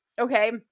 Okay